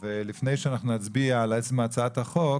לפני שאנחנו נצביע על עצם הצעת החוק,